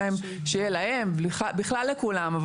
שיהיה בכלל לכולם.